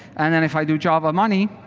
and and if i do java money,